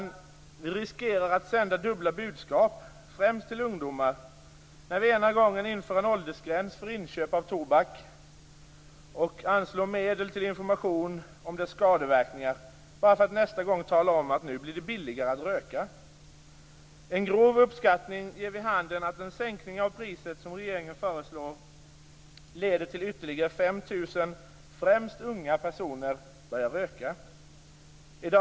Men vi riskerar ju att sända dubbla budskap, främst till ungdomar, när vi ena gången inför en åldersgräns för inköp av tobak och anslår medel till information om dess skadeverkningar bara för att nästa gång tala om att det nu blir billigare att röka. En grov uppskattning ger vid handen att den sänkning av priset som regeringen föreslår leder till att ytterligare 5 000, främst unga personer, börjar att röka.